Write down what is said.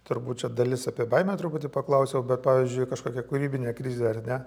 turbūt čia dalis apie baimę truputį paklausiau bet pavyzdžiui kažkokia kūrybinė krizė ar ne